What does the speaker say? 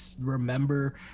remember